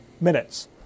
minutes